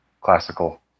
classical